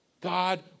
God